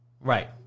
Right